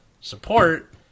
support